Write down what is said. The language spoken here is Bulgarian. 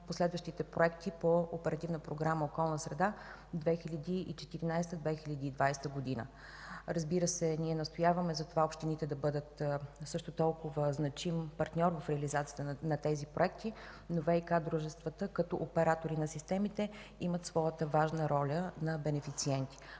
програма „Околна среда” 2014 – 2020 г. Разбира се, ние настояваме общините да бъдат също толкова значим партньор в реализацията на тези проекти, но ВиК-дружествата, като оператори на системите, имат своята важна роля на бенефициент.